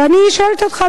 ואני שואלת אותך,